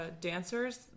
dancers